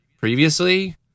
previously